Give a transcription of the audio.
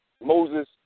Moses